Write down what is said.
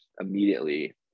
immediately